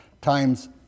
times